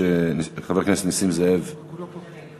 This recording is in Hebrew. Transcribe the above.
חבר הכנסת נסים זאב ינמק,